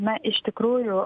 na iš tikrųjų